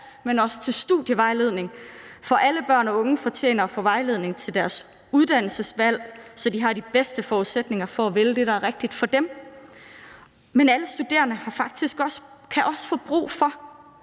men også til studievejledning, for alle børn og unge fortjener at få vejledning til deres uddannelsesvalg, så de har de bedste forudsætninger for at vælge det, der er rigtigt for dem. Men alle studerende kan faktisk også få brug for